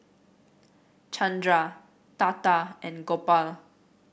Chandra Tata and Gopal